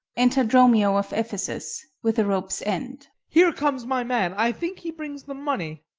enter dromio of ephesus, with a rope's-end here comes my man i think he brings the money.